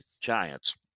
Giants